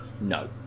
No